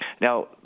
Now